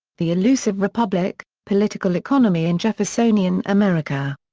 the elusive republic political economy in jeffersonian america.